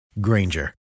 Granger